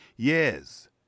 Yes